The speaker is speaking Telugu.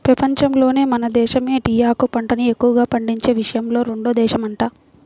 పెపంచంలోనే మన దేశమే టీయాకు పంటని ఎక్కువగా పండించే విషయంలో రెండో దేశమంట